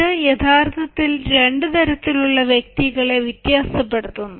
ഇത് യഥാർത്ഥത്തിൽ രണ്ട് തരത്തിലുള്ള വ്യക്തികളെ വ്യത്യാസപ്പെടുത്തുന്നു